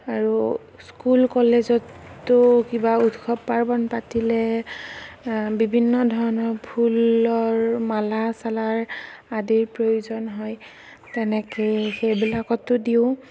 আৰু স্কুল কলেজতো কিবা উৎসৱ পাৰ্বণ পাতিলে বিভিন্ন ধৰণৰ ফুলৰ মালা চালা আদিৰ প্ৰয়োজন হয় তেনেকেই সেইবিলাকতো দিওঁ